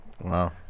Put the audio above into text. Wow